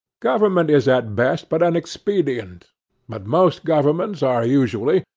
government is at best but an expedient but most governments are usually,